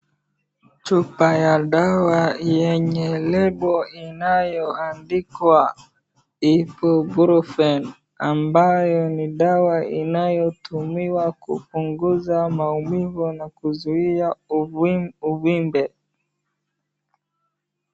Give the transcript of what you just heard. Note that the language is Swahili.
Chupa ya dawa yenye lebo inayoandikwa IBUPROFEN , ambayo ni dawa inayotumiwa kupunguza maumivu na kuzuia uvimbe.